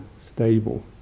stable